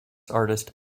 artist